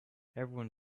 everyone